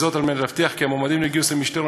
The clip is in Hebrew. כדי להבטיח כי המועמדים לגיוס למשטרה